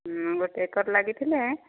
ଗୋଟେ ଏକର ଲାଗିଥିଲେ